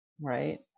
right